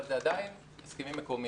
אבל זה עדיין הסכמים מקומיים.